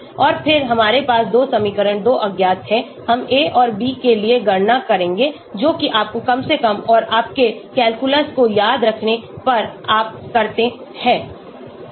और फिर हमारे पास 2 समीकरण 2 अज्ञात हैं हम a और b के लिए गणना करेंगे जो कि आपको कम से कम और आपके कैलकुलस को याद रखने पर आप करते हैं